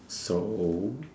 so